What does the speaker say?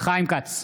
חיים כץ,